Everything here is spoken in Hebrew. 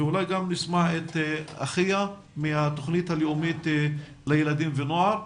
ואולי גם נשמע את אחיה מהתוכנית הלאומית לילדים ונוער.